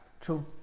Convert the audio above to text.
True